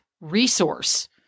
resource